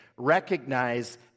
recognize